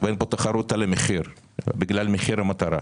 ואין תחרות על המחיר בגלל מחיר המטרה.